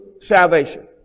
salvation